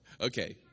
Okay